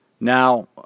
Now